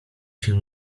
się